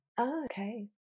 Okay